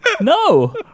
No